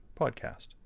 podcast